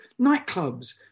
nightclubs